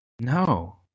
No